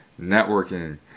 Networking